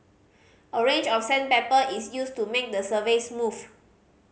a range of sandpaper is used to make the surface smooth